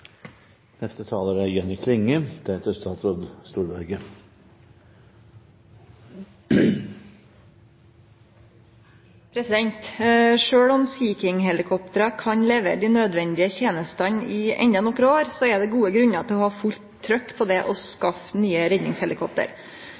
om Sea King-helikoptra kan levere dei nødvendige tenestene i endå nokre år, er det gode grunnar til å ha fullt trykk på det å